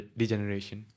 degeneration